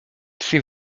czy